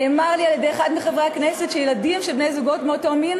אמר לי אחד מחברי הכנסת שילדים של זוגות מאותו מין